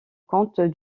comte